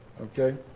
Okay